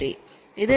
3